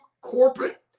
corporate